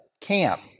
camp